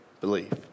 believe